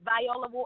Viola